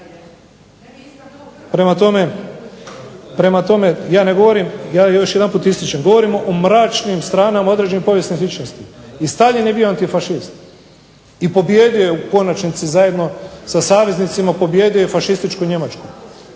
ne govorim, ja još jedanput ističem govorimo o mračnim stranama određenih povijesnih ličnosti. I Staljin je bio antifašist i pobijedio je u konačnici zajedno sa saveznicima pobijedio je fašističku Njemačku.